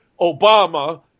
Obama